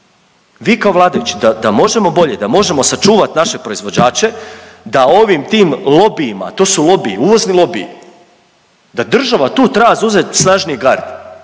vi kao vladajući da možemo bolje, da možemo sačuvat naše proizvođače da ovim tim lobijima, to su lobiji, uvozni lobiji da država treba tu zauzeti snažniji gard